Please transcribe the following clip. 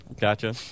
Gotcha